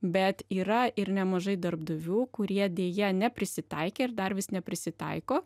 bet yra ir nemažai darbdavių kurie deja neprisitaikė ir dar vis neprisitaiko